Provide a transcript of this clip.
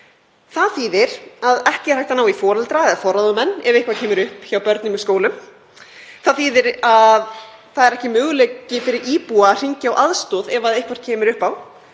Það þýðir að ekki er hægt að ná í foreldra eða forráðamenn ef eitthvað kemur upp á hjá börnum í skólum. Það þýðir að ekki er möguleiki fyrir íbúa að hringja eftir aðstoð ef eitthvað kemur upp á.